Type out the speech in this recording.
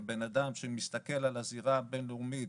כבן אדם שמסתכל על הזירה הבין-לאומית,